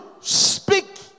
speak